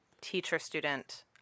teacher-student